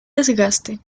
desgaste